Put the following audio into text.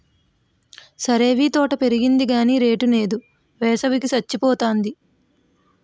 సరేవీ తోట పెరిగింది గాని రేటు నేదు, వేసవి కి సచ్చిపోతాంది